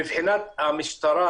מבחינת המשטרה,